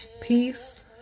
peace